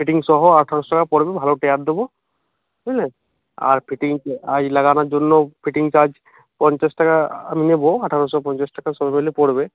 fitting সহ আঠারোশো টাকা পড়বে ভালো টায়ার দেবো বুঝলেন আর ফিটিং আই লাগানোর জন্য ফিটিং চার্জ পঞ্চাশ টাকা আ আমি নেবো আঠারোশো পঞ্চাশ টাকা সব মিলিয়ে পড়বে